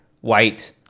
white